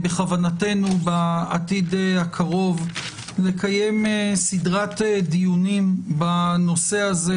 בכוונתנו בעתיד הקרוב לקיים סדרת דיונים בנושא הזה